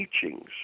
teachings